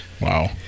Wow